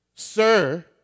Sir